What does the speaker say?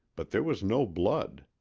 but there was no blood.